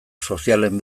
sozialen